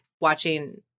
watching